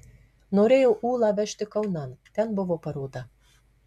norėjo ūlą vežti kaunan ten buvo paroda